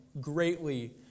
greatly